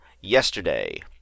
yesterday